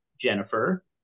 Jennifer